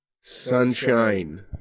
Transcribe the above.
Sunshine